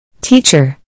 Teacher